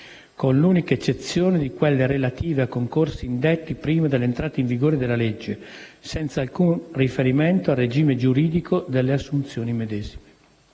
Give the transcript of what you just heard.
con l'unica eccezione di quelle relative a concorsi indetti prima dell'entrata in vigore della legge, senza alcun riferimento al regime giuridico delle assunzioni medesime.